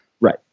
Right